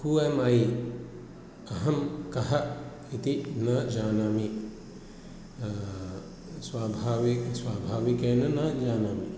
who am I अहं कः इति न जानामि स्वाभावि स्वाभाविकेन न जानामि